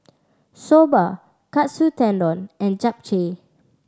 Soba Katsu Tendon and Japchae